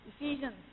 Ephesians